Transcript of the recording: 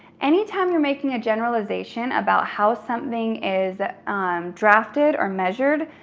anytime you're making a generalization about how something is ah um drafted or measured,